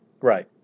Right